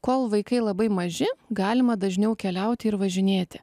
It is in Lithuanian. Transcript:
kol vaikai labai maži galima dažniau keliauti ir važinėti